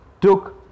took